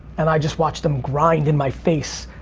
and i just watched them grind in my face.